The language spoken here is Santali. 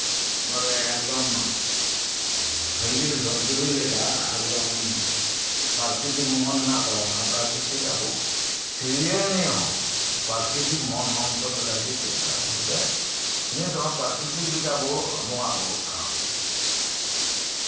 ᱵᱚᱞᱮ ᱮᱠᱫᱚᱢ ᱦᱟᱹᱨᱭᱟᱹᱲ ᱫᱷᱚᱯ ᱫᱷᱚᱯᱮ ᱞᱮᱠᱟ ᱯᱨᱟᱠᱤᱨᱛᱤᱠ ᱢᱚᱱ ᱢᱮᱱᱟᱜ ᱛᱟᱵᱳᱱᱟ ᱚᱱᱟᱠᱟ ᱜᱮ ᱴᱷᱤᱠ ᱥᱤᱨᱡᱟᱹᱱᱤᱭᱟᱹ ᱦᱚᱸ ᱯᱨᱟᱠᱤᱨᱛᱤᱠ ᱢᱚᱱ ᱚᱱᱛᱚᱨ ᱮ ᱪᱮᱫ ᱠᱟᱜ ᱵᱚᱱᱛᱮ ᱱᱤᱛᱦᱚᱸ ᱯᱨᱟᱠᱤᱨᱛᱤᱠ ᱞᱮᱠᱟᱵᱚᱱ ᱵᱚᱸᱜᱟ ᱵᱩᱨᱩᱜ ᱠᱟᱱᱟ